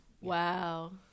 Wow